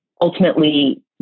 ultimately